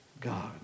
God